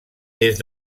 des